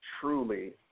truly